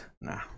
Nah